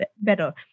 better